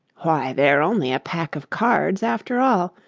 why, they're only a pack of cards, after all.